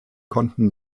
konnten